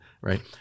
right